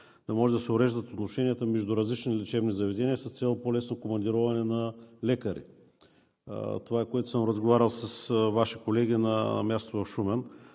да може да се уреждат отношенията между различни лечебни заведения с цел по-лесно командироване на лекари – това е, което съм разговарял с Ваши колеги на място в Шумен.